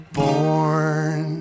born